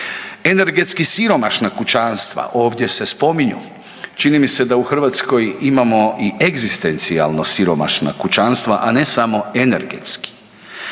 Energetski siromašna kućanstva ovdje se spominju, čini mi se da u Hrvatskoj imamo i egzistencijalno siromašna kućanstva, a ne samo energetski.